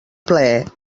plaer